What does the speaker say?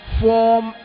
form